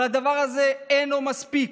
אבל הדבר הזה אינו מספיק.